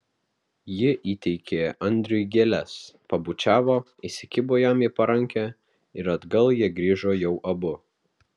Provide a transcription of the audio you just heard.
ji įteikė andriui gėles pabučiavo įsikibo jam į parankę ir atgal jie grįžo jau abu